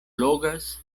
logas